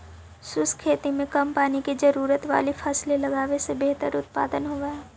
शुष्क खेती में कम पानी की जरूरत वाली फसलें लगावे से बेहतर उत्पादन होव हई